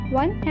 one